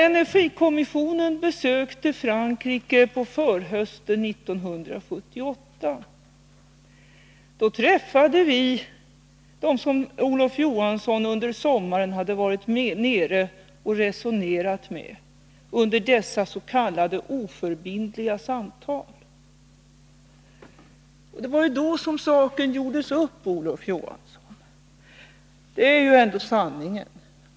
Energikommissionen besökte Frankrike på förhösten 1978. Då träffade vi dem som Olof Johansson under sommaren hade varit nere och resonerat med under s.k. oförbindliga samtal. Då gjordes väl saken upp, Olof Johansson? Det är ändå sanningen.